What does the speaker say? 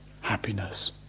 happiness